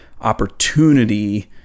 opportunity